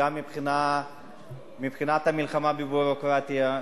גם מבחינת המלחמה בביורוקרטיה,